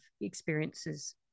experiences